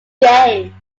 game